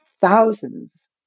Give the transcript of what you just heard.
thousands